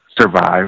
survive